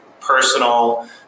personal